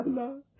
Allah